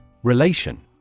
Relation